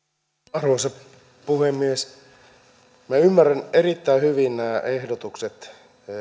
arvoisa puhemies minä ymmärrän erittäin hyvin nämä ehdotukset